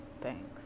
Thanks